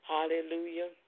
Hallelujah